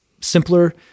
simpler